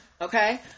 Okay